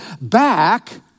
back